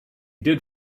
did